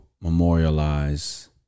memorialize